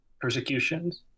persecutions